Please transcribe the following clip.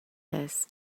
this